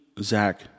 Zach